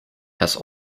has